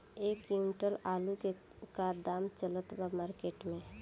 एक क्विंटल आलू के का दाम चलत बा मार्केट मे?